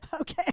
Okay